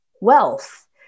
wealth